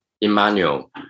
Emmanuel